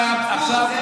איך,